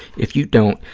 if you don't,